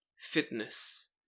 fitness